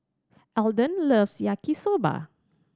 Alden loves Yaki Soba